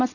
S